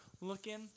looking